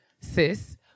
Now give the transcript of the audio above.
Sis